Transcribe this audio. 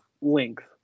length